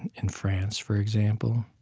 in france, for example,